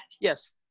Yes